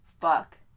fuck